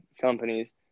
companies